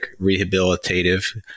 rehabilitative